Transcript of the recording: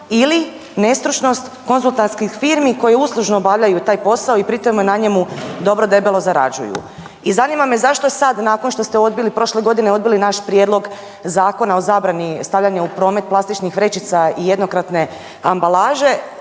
ili nestručnost konzultantskih firmi koje uslužno obavljaju taj posao i pri tome na njemu dobro i debelo zarađuju? I zanima me zašto je sad nakon što ste odbili, prošle godine odbili naš prijedlog Zakona o zabrani stavljanja u promet plastičnih vrećica i jednokratne ambalaže,